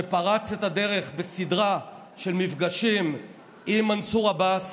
שפרץ את הדרך בסדרה של מפגשים עם מנסור עבאס,